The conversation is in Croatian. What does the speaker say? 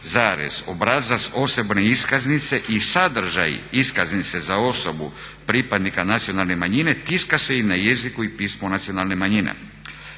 zahtjev, obrazac osobne iskaznice i sadržaj iskaznice za osobu pripadnika nacionalne manjine tiska se i na jeziku i pismu nacionalne manjine.